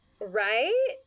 right